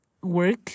work